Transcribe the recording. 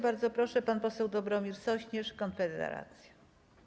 Bardzo proszę, pan poseł Dobromir Sośnierz, Konfederacja.